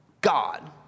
God